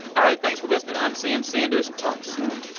all right, thanks for listening. i'm sam sanders. talk soon